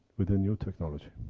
with the new technology.